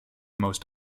most